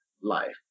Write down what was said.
life